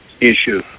issue